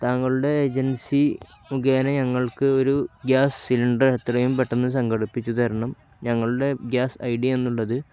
താങ്കളുടെ ഏജൻസി മുഖേന ഞങ്ങൾക്ക് ഒരു ഗ്യാസ് സിലിണ്ടർ എത്രയും പെട്ടെന്നു സംഘടിപ്പിച്ചു തരണം ഞങ്ങളുടെ ഗ്യാസ് ഐ ഡി എന്നുള്ളത്